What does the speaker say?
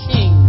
King